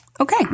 Okay